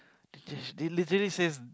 this they literally says